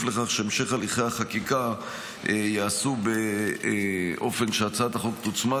לכך שהמשך הליכי החקיקה ייעשו באופן שהצעת החוק תוצמד